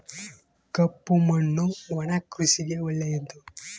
ಕಪ್ಪು ಮಣ್ಣು ಒಣ ಕೃಷಿಗೆ ಒಳ್ಳೆಯದು